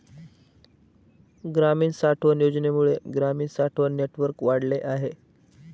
ग्रामीण साठवण योजनेमुळे ग्रामीण साठवण नेटवर्क वाढले आहे